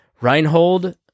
Reinhold